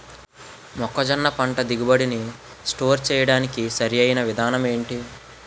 మొక్కజొన్న పంట దిగుబడి నీ స్టోర్ చేయడానికి సరియైన విధానం ఎంటి?